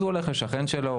אז הוא הולך לשכן שלו,